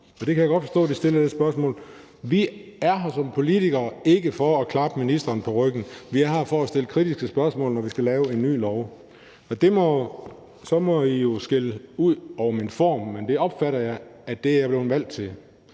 det kan jeg godt forstå; det stillede jeg også spørgsmål om. Som politikere er vi her ikke for at klappe ministeren på ryggen. Vi er her for at stille kritiske spørgsmål, når vi skal lave en ny lov. Og så må man jo skælde ud i forhold til formen, men jeg opfatter, at det er jeg blevet valgt til.